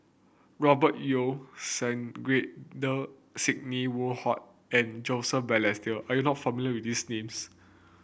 Robert Yeo Sandrasegaran Sidney Woodhull and Joseph Balestier are you not familiar with these names